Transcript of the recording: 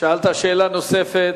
שאלת שאלה נוספת